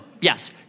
Yes